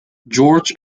george